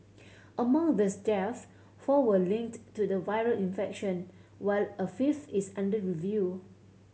among these deaths four were linked to the viral infection while a fifth is under review